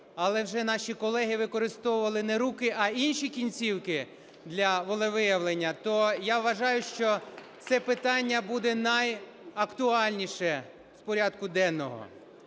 але вже наші колеги використовували не руки, а інші кінцівки для волевиявлення, то я вважаю, що це питання буде найактуальніше в порядку денному.